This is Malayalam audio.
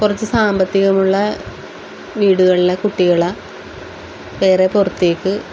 കുറച്ച് സാമ്പത്തികമുള്ള വീടുകളില് കുട്ടികള് വേറെ പുറത്തേക്ക്